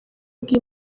bw’i